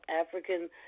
African